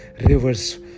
rivers